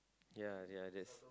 ya ya this